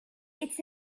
it’s